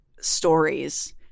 stories